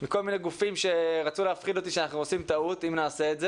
מכל מיני גופים שרצו להפחיד אותי שאנחנו עושים טעות אם נעשה את זה.